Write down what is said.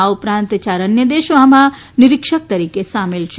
આ ઉપરાંત ચાર અન્ય દેશો આમાં નિરિક્ષક તરીકે સામેલ છે